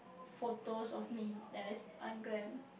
photos of me that's unglam